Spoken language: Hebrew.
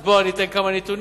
בוא אני אתן כמה נתונים,